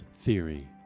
Theory